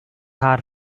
hard